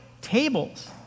tables